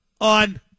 on